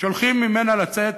שהולכים לצאת